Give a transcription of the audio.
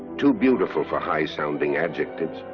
too beautiful for high-sounding adjectives.